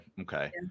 Okay